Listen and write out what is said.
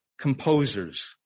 composers